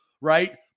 right